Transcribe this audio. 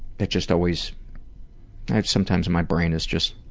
that just always sometimes my brain is just